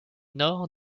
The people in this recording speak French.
nord